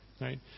right